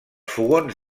fogons